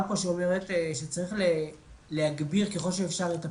פה שאומרת שצריך להגביר ככל שאפשר את הפרסום,